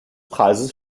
preises